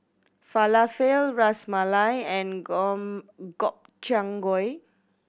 Falafel Ras Malai and Gobchang Gui